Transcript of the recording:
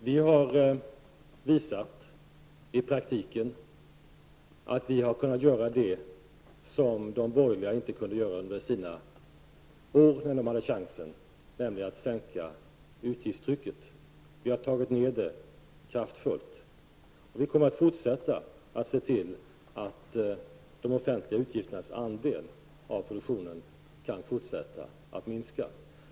Herr talman! Vi har visat i praktiken att vi har kunnat göra det som de borgerliga inte kunde göra under sina år när de hade chansen, nämligen att sänka utgiftstrycket. Vi har tagit ned det kraftfullt. Vi kommer att fortsätta att se till att de offentliga utgifternas andel av produktionen kan fortsätta minska.